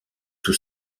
tout